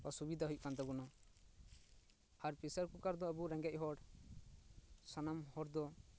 ᱥᱩᱵᱤᱫᱟ ᱦᱩᱭᱩᱜ ᱠᱟᱱ ᱛᱟᱵᱚᱱᱟ ᱟᱨ ᱯᱮᱥᱟᱨ ᱠᱩᱠᱟᱨ ᱫᱚ ᱟᱵᱚ ᱨᱮᱸᱜᱮᱡ ᱦᱚᱲ ᱥᱟᱱᱟᱢ ᱦᱚᱲ ᱫᱚ